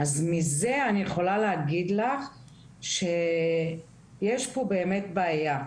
אז מזה אני יכולה להגיד לך שיש פה באמת בעיה.